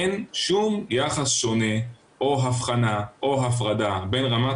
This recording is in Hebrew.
אין שום יחס שונה או אבחנה או הפרדה בין רמת